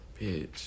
Bitch